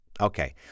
Okay